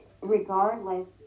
regardless